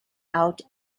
out